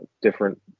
different